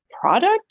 product